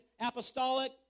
apostolic